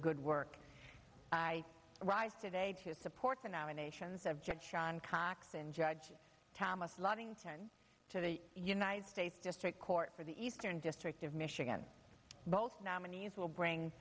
good work i rise today to support the nominations of judge john cox and judge thomas law to the united states district court for the eastern district of michigan both nominees will bring